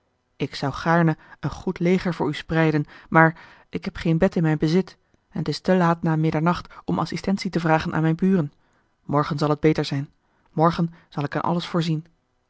ik zou gaarne een goed leger voor u spreiden maar ik heb geen bed in mijn bezit en t is te laat na middernacht om assistentie te vragen aan mijne buren morgen zal t beter zijn morgen zal ik in alles voorzien